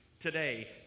today